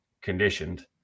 conditioned